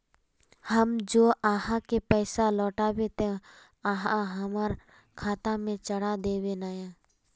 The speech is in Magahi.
हम जे आहाँ के पैसा लौटैबे ते आहाँ हमरा खाता में चढ़ा देबे नय?